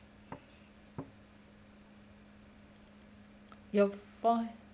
your for